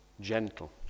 gentle